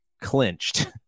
clinched